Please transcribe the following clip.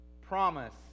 promise